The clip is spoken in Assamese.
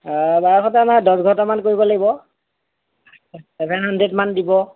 অঁ বাৰ ঘণ্টা নহয় দহ ঘণ্টামান কৰিব লাগিব ছেভেন হাণ্ড্ৰেড মান দিব